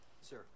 Sir